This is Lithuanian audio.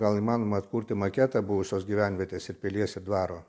gal įmanoma atkurti maketą buvusios gyvenvietės ir pilies dvaro